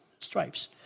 stripes